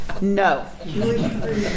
No